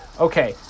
Okay